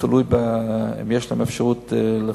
תלוי אם יש להם אפשרות לרכוש.